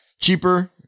cheaper